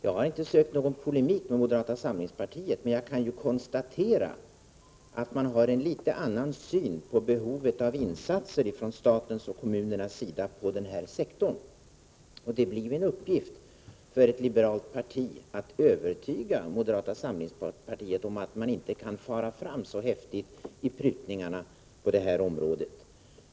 Jag har inte sökt någon polemik med moderata samlingspartiet, men jag kan konstatera att detta parti har en något annan syn på behovet av insatser från statens och kommunernas sida på denna sektor. Det blir en uppgift för ett liberalt parti att övertyga moderata samlingspartiet om att man inte kan fara fram så häftigt i prutningarna på detta område.